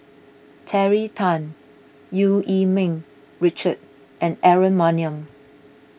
Terry Tan Eu Yee Ming Richard and Aaron Maniam